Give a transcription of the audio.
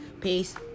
peace